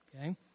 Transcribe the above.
okay